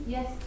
Yes